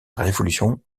révolution